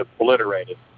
obliterated